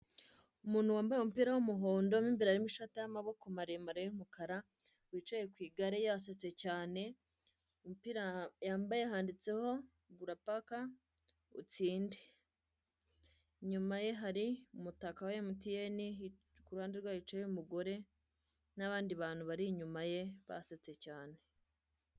Umuntu wambaye ishati y'umuhondo mo imbere harimo ishati y'umukara wicaye ku igare yasetse cyane umupira yambaye handitseho gura paka utsinde inyuma ye hari umutaka wa MTN kuruhande rwe hicayeho umugore n'abandi bantu bari inyuma ye basetse cyane.